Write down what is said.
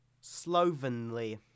slovenly